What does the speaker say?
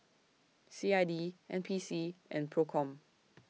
C I D N P C and PROCOM